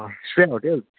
Sven hotel